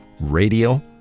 radio